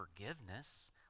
forgiveness